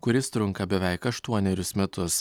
kuris trunka beveik aštuonerius metus